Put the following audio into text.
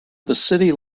city